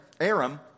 Aram